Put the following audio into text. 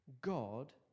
God